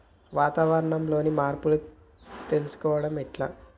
వాతావరణంలో మార్పులను తెలుసుకోవడం ఎట్ల?